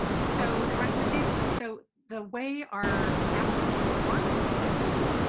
so the recommendation. so the way our task force worked was that we